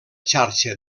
xarxa